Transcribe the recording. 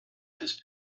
des